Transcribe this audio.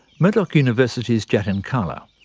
murdoch university's jatin kala.